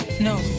No